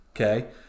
Okay